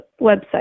website